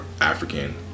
African